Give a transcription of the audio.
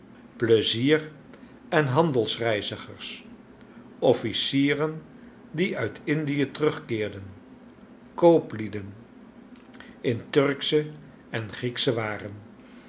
plezier en handelsreiigers ol'ficieren die uit indie terugkeerden kooplieden in turksche en grieksche waren